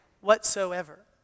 whatsoever